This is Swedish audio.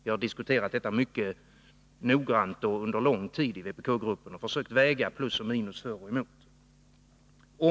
Vi har diskuterat detta mycket noggrant och under en lång tid i vpk-gruppen och försökt väga plus och minus, för och emot.